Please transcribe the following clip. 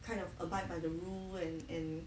kind of abide by the rule and and